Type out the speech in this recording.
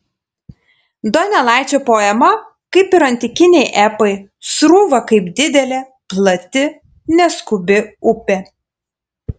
donelaičio poema kaip ir antikiniai epai srūva kaip didelė plati neskubi upė